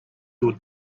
your